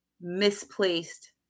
misplaced